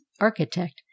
architect